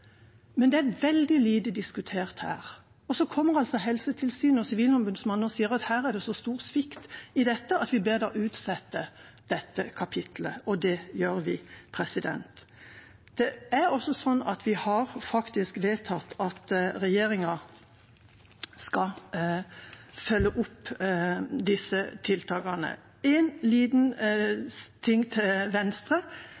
men det er veldig lite diskutert her. Så kommer altså Helsetilsynet og Sivilombudsmannen og sier at det er en så stor svikt i dette at de ber oss utsette dette kapittelet. Og det foreslår vi. Det er også sånn at vi faktisk har vedtatt at regjeringa skal følge opp disse tiltakene. En liten